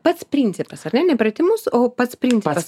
pats principas ar ne ne pratimus o pats principas